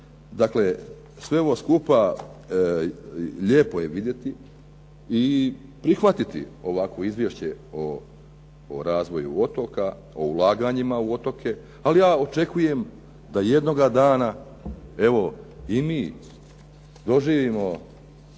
dakle sve ovo skupa, lijepo je vidjeti i prihvatiti ovakvo izvješće o razvoju otoka, o ulaganjima u otoke, ali ja očekujem da jednoga dana evo i mi doživimo